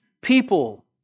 people